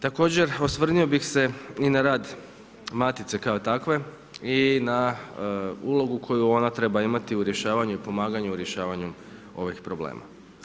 Također, osvrnuo bi se i na rad Matice kao takve i na ulogu koja ona treba imati u rješavanju i pomaganju rješavanja ovih problema.